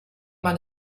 man